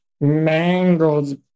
mangled